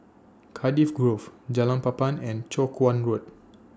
Cardiff Grove Jalan Papan and Chong Kuo Road